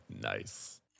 Nice